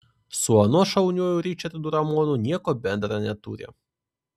su anuo šauniuoju ričardu ramonu nieko bendra neturi